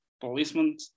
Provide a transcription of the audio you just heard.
policemen